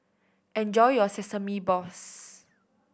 enjoy your sesame balls